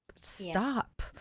stop